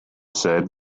said